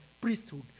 priesthood